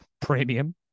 premium